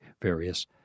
various